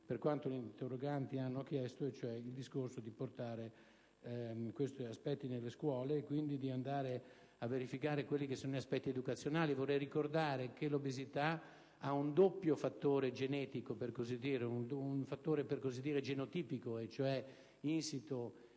per quanto gli interroganti hanno chiesto, cioè il discorso di portare questi aspetti nelle scuole e quindi di verificare gli aspetti educazionali. Vorrei ricordare che l'obesità ha un doppio fattore genetico, un fattore per così dire genotipico, cioè insito